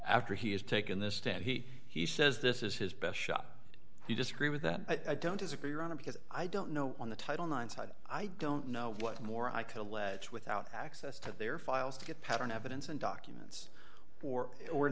after he has taken this stand he he says this is his best shot you disagree with that i don't disagree your honor because i don't know on the title nine side i don't know what more i kill lets without access to their files to get pattern evidence and documents for or in